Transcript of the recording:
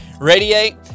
Radiate